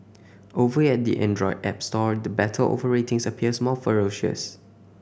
over at the Android app store the battle over ratings appears more ferocious